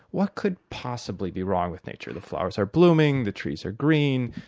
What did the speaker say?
what could possibly be wrong with nature? the flowers are blooming, the trees are green.